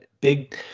big